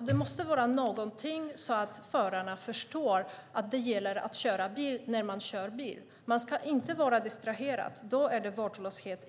Det måste vara någonting som gör att förarna förstår att det gäller att köra bil när man kör bil. Man ska inte vara distraherad, för då är det vårdslöshet